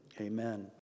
Amen